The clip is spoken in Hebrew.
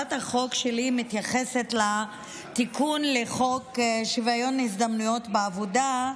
הצעת החוק שלי מתייחסת לתיקון לחוק שוויון הזדמנויות בעבודה,